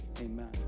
amen